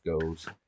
goes